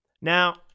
Now